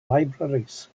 libraries